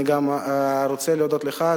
אני גם רוצה להודות לך,